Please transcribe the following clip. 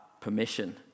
permission